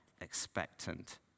expectant